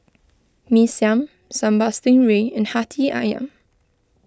Mee Siam Sambal Stingray and Hati Ayam